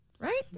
Right